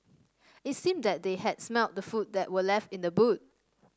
it seemed that they had smelt the food that were left in the boot